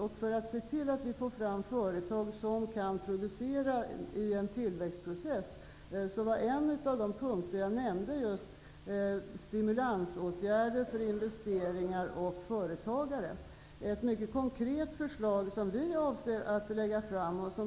Det är för att få fram företag som kan producera i en tillväxtprocess som vi har den punkt jag nämnde om stimulansåtgärder för investeringar och företagande. Det är ett mycket konkret förslag som vi avser att lägga fram.